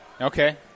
Okay